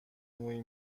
مویی